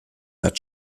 bad